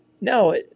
No